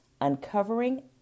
uncovering